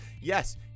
Yes